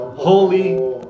Holy